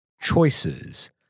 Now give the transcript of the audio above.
choices